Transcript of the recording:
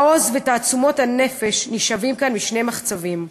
העוז ותעצומות הנפש נשאבים כאן משני מחצבים: